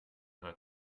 hat